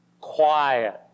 quiet